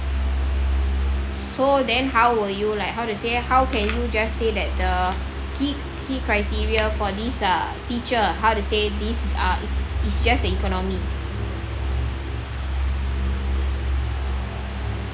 so then how will you like how to say how can you just say that the key key criteria for this ah teacher how to say this uh it's just the economy